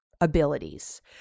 abilities